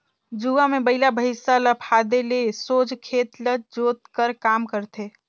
जुवा मे बइला भइसा ल फादे ले सोझ खेत ल जोत कर काम करथे